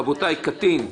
רבותיי, קטין.